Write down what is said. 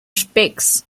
speaks